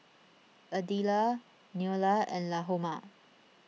Adelia Neola and Lahoma